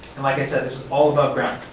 and like this ah was all aboveground,